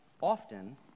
often